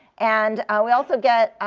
and we also get